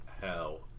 hell